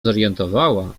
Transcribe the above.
zorientowała